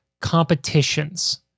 competitions